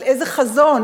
על איזה חזון,